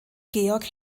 georg